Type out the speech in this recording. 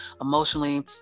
emotionally